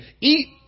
eat